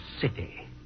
city